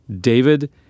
David